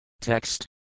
Text